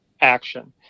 action